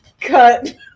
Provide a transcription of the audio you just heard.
cut